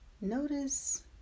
Notice